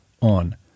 on